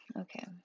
okay